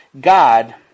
God